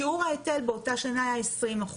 שיעור ההיטל באותה שנה היה 20%,